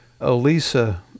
Elisa